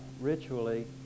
ritually